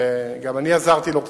וגם אני עזרתי לו קצת,